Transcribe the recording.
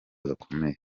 gakomeye